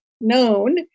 known